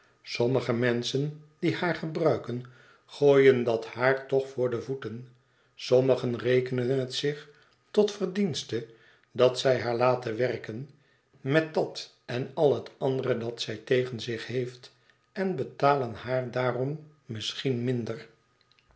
sommige menschen die haar gebruiken gooien dat haar toch voor de voeten sommigen rekenen het zich tot verdienste dat zij haar laten werken met dat en al het andere dat zij tegen zich heeft en betalen haar daarom misschien minder